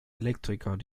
elektriker